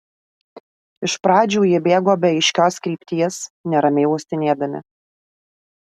iš pradžių jie bėgo be aiškios krypties neramiai uostinėdami